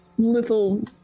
little